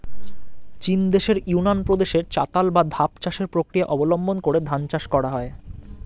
চীনদেশের ইউনান প্রদেশে চাতাল বা ধাপ চাষের প্রক্রিয়া অবলম্বন করে ধান চাষ করা হয়